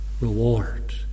reward